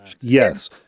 Yes